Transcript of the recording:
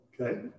Okay